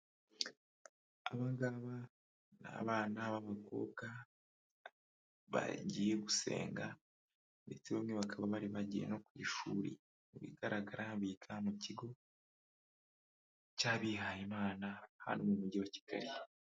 Abangaba ni abana babakobwa bagiye gusenga ndetse bamwe bakaba bari bagiye no ku ishuri mu bigaragara biga mu kigo cy'abihaye Imana hano mu mujyi wa Kigali.